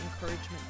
encouragement